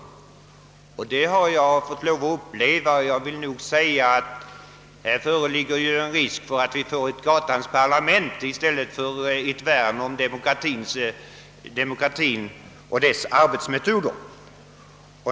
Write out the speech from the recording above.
Jag har haft tillfälle att på nära håll studera sådana metoder, och jag vill säga att nog finns här risk för att vi får ett gatans parlament i stället för ett värn om demokratien och dess arbetsformer.